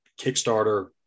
Kickstarter